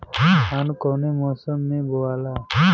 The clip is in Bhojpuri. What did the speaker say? धान कौने मौसम मे बोआला?